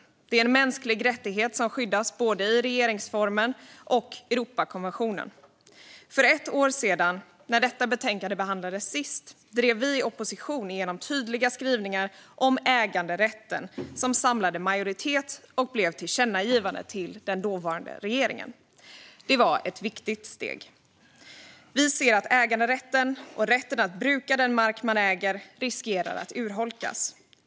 Det är en mänsklig rättighet, som skyddas både i regeringsformen och i Europakonventionen. För ett år sedan, när motsvarande betänkande behandlades senast, drev vi i opposition igenom tydliga skrivningar om äganderätten som samlade majoritet och blev ett tillkännagivande till den dåvarande regeringen. Det var ett viktigt steg. Vi ser att äganderätten och rätten att bruka den mark man äger riskerar att urholkas.